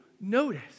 notice